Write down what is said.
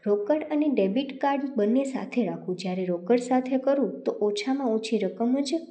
રોકડ અને debit card બંને સાથે રાખવું જ્યારે રોકડ સાથે કરું તો ઓછામાં ઓછી રકમ જ